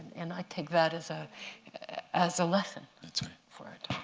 and i take that as ah as a lesson for